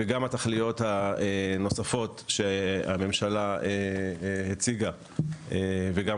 והן התכליות הנוספות שהממשלה הציגה וגם